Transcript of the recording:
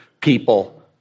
people